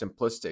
simplistic